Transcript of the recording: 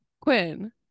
Quinn